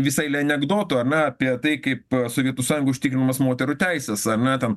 visą eilę anekdotų ane apie tai kaip sovietų sąjungoj užtikrinamos moterų teisės ar ne ten